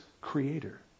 Creator